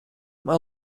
man